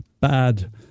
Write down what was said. bad